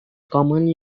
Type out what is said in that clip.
commonly